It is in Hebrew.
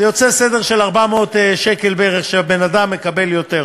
זה יוצא סדר גודל של 400 שקל בערך שהבן-אדם מקבל יותר.